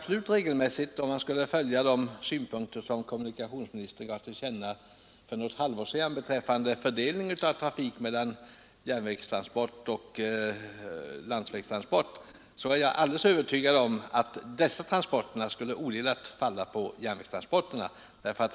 Om man skulle följa de synpunkter som kommunikationsministern gav till känna för något halvår sedan beträffande fördelningen av trafik mellan järnvägstransport och landsvägstransport är jag alldeles övertygad om att de transporter det här gäller odelat skulle tillfalla järnvägen.